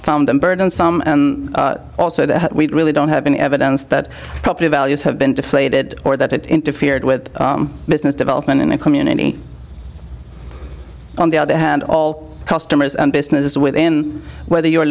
found them burned and some also that we really don't have any evidence that property values have been deflated or that it interfered with business development in a community on the other hand all customers and businesses within whether you're